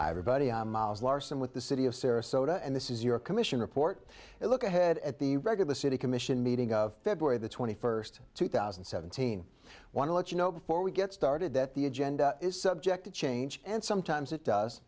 everybody on miles larsen with the city of sarasota and this is your commission report it look ahead at the regular city commission meeting of february the twenty first two thousand and seventeen want to let you know before we get started that the agenda is subject to change and sometimes it does